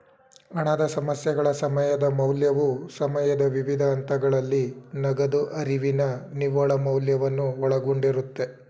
ಹಣದ ಸಮಸ್ಯೆಗಳ ಸಮಯದ ಮೌಲ್ಯವು ಸಮಯದ ವಿವಿಧ ಹಂತಗಳಲ್ಲಿ ನಗದು ಹರಿವಿನ ನಿವ್ವಳ ಮೌಲ್ಯವನ್ನು ಒಳಗೊಂಡಿರುತ್ತೆ